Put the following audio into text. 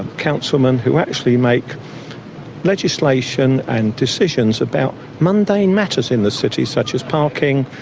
councilmen who actually make legislation and decisions about mundane matters in the city, such as parking,